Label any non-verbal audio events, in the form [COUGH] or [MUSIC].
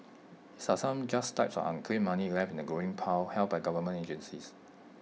[UNINTELLIGIBLE] some just types of unclaimed money left in A growing pile held by government agencies